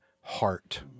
heart